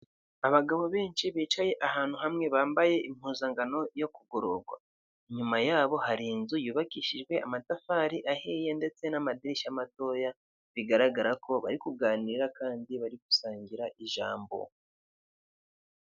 Abagabo benshi bicaye ahantu hamwe bambaye impuzankano yo kugororwa inyuma yabo hari inzu yubakishijwe amatafari aheya ndetse n'amadirishya matoya bigaragara ko bari kuganira kandi bari gusangira ijambo.